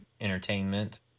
entertainment